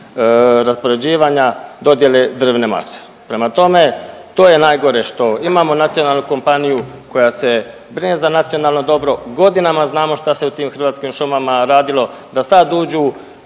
raspoređivanja dodjele drvne mase. Prema tome, to je najgore što imamo nacionalnu kompaniju koja se brine za nacionalno dobro, godinama znamo šta se u tim Hrvatskim šumama radilo, da sad uđu